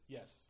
Yes